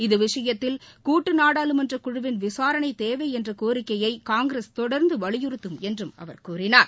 இது விஷயத்தில் கூட்டு நாடாளுமன்றக் குழுவின் விசாரணை தேவை என்ற கோரிக்கையை காங்கிரஸ் தொடர்ந்து வலியுறுத்தும் என்றும் அவர் கூறினார்